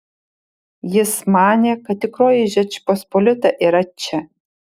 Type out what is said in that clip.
jis manė kad tikroji žečpospolita yra čia